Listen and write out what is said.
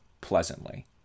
pleasantly